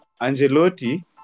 Angelotti